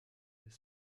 les